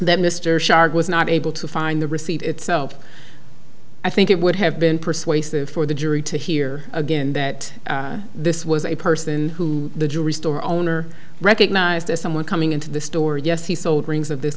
that mr shark was not able to find the receipt itself i think it would have been persuasive for the jury to hear again that this was a person who the jewelry store owner recognized as someone coming into the store yes he sold rings of this